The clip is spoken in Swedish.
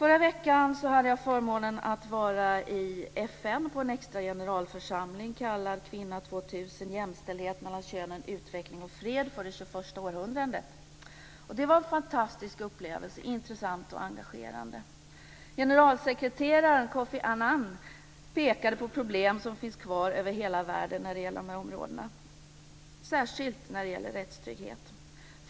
Förra veckan hade jag förmånen att få vara i FN på en extra generalförsamling på temat Kvinna 2000, jämställdhet mellan könen, utveckling och fred för det 21:a århundradet. Det var en fantastisk upplevelse och det var intressant och engagerande. Generalsekreterare Kofi Annan pekade på problem som finns kvar över hela världen när det gäller nämnda områden. Särskilt gäller det då rättstryggheten.